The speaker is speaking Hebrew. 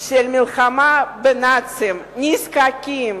של המלחמה בנאצים, הנזקקים,